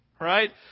right